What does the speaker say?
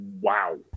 wow